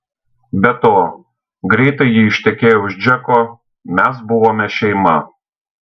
be to greitai ji ištekėjo už džeko mes buvome šeima